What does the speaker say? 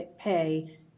pay